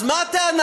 אז מה הטענה,